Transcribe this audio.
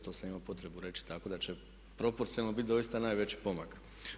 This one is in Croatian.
To sam imao potrebu reći, tako da će proporcionalno biti doista najveći pomak.